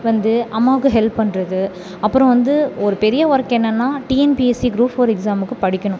வந்து அம்மாவுக்கு ஹெல்ப் பண்ணுறது அப்புறம் வந்து ஒரு பெரிய ஒர்க் என்னென்னால் டிஎன்பிஎஸ்சி க்ரூப் ஃபோர் எக்ஸாமுக்கு படிக்கணும்